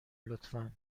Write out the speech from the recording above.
لطفا